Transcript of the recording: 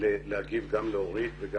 להגיב גם לדברי אורית.